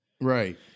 Right